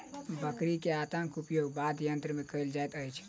बकरी के आंतक उपयोग वाद्ययंत्र मे कयल जाइत अछि